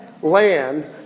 Land